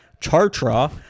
Chartra